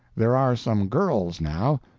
there are some girls now.